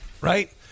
right